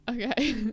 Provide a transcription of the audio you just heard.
okay